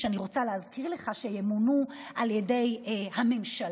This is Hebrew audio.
שאני רוצה להזכיר לך שהם ימונו על ידי הממשלה,